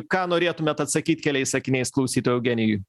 ką norėtumėt atsakyt keliais sakiniais klausytojui eugenijui